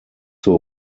zur